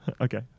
Okay